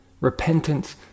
Repentance